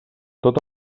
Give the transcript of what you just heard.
tot